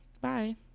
Bye